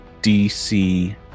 dc